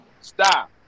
stop